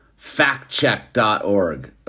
factcheck.org